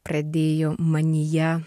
pradėjo manyje